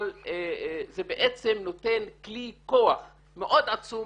אבל זה בעצם נותן כלי כוח מאוד עצום